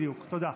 בדיוק, תודה.